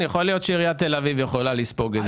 יכול להיות שעיריית תל אביב יכולה לספוג את זה.